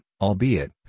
albeit